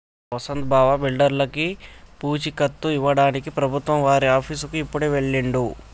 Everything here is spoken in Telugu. మా వసంత్ బావ బిడ్డర్లకి పూచీకత్తు ఇవ్వడానికి ప్రభుత్వం వారి ఆఫీసుకి ఇప్పుడే వెళ్ళిండు